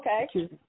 Okay